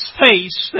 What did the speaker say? face